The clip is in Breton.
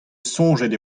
soñjet